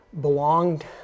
belonged